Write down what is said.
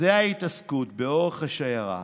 זאת ההתעסקות, באורך השיירה